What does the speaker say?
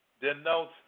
denotes